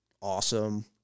awesome